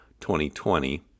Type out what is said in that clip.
2020